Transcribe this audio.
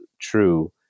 true